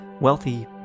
wealthy